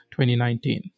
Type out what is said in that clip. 2019